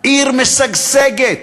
עיר משגשגת.